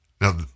Now